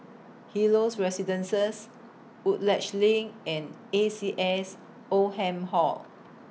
Helios Residences Woodleigh LINK and A C S Oldham Hall